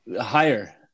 Higher